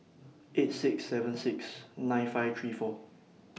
eight six seven six nine five three four